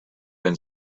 been